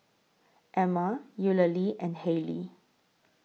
Ama Eulalie and Hailee